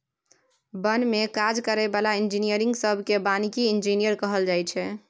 बन में काज करै बला इंजीनियरिंग सब केँ बानिकी इंजीनियर कहल जाइ छै